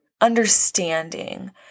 understanding